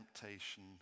temptation